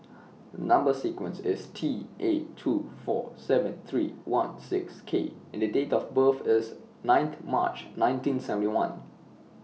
Number sequence IS T eight two four seven three one six K and Date of birth IS ninth March nineteen seventy one